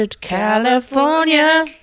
California